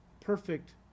perfect